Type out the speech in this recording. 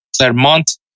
Clermont